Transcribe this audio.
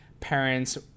parents